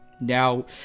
Now